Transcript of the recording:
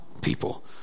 people